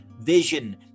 vision